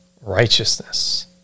righteousness